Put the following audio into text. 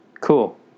Cool